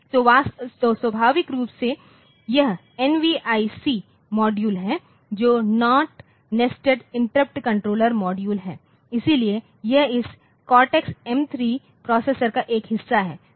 तो स्वाभाविक रूप से यह एनवीआईसी मॉड्यूल है जो not nested interrupt controller module है इसलिए यह इस कोर्टेक्स एम 3 प्रोसेसर का एक हिस्सा है